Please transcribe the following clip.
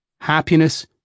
happiness